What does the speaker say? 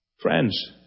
friends